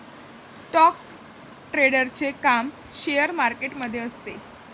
stock ट्रेडरचे काम share market मध्ये असते